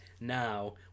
now